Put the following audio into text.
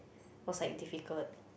was like difficult